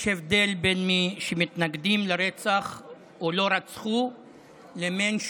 יש הבדל בין מי שמתנגדים לרצח או לא רצחו לבין